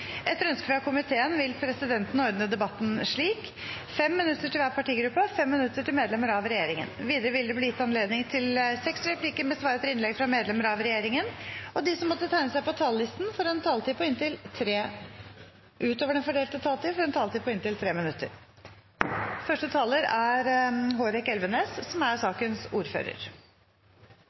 Etter ønske fra utenriks- og forsvarskomiteen vil presidenten ordne debatten slik: 5 minutter til hver partigruppe og 5 minutter til medlemmer av regjeringen. Videre vil det – innenfor den fordelte taletid – bli gitt anledning til inntil seks replikker med svar etter innlegg fra medlemmer av regjeringen, og de som måtte tegne seg på talerlisten utover den fordelte taletid, får en taletid på inntil 3 minutter.